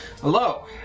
Hello